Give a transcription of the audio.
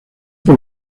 por